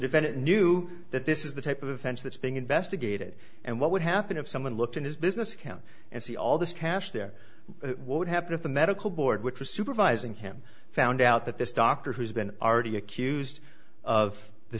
defendant knew that this is the type of offense that's being investigated and what would happen if someone looked in his business account and see all this cash there would have been of the medical board which was supervising him found out that this doctor who's been already accused of the